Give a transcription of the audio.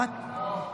היא פה.